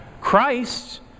Christ